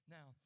Now